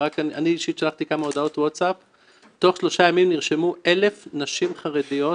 אני דווקא כן רואה שיש בממשלה נציגות של נשים חרדיות.